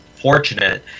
fortunate